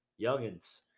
Youngins